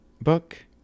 book